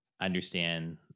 understand